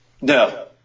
No